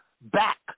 back